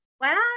Wow